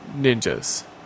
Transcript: ninjas